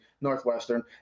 Northwestern